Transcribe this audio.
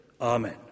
Amen